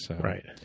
Right